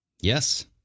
Yes